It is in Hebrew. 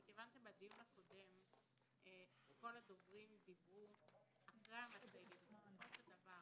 מכיוון שבדיון הקודם כל הדוברים דיברו אחרי המצגת ובסופו של דבר